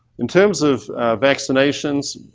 in terms of vaccinations,